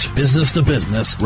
business-to-business